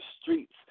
streets